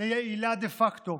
ליעילה דה פקטו.